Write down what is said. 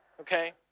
okay